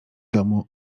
domu